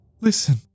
Listen